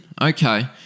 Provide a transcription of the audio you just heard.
Okay